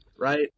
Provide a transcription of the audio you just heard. Right